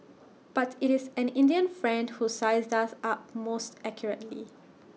but IT is an Indian friend who sized us up most accurately